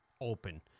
open